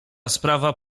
sprawa